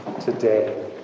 today